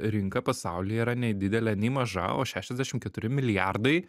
rinka pasaulyje yra nei didelė nei maža o šešiasdešimt keturi milijardai